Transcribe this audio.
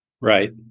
Right